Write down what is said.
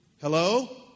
Hello